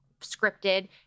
scripted